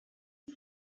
ich